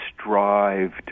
strived